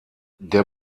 der